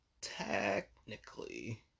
technically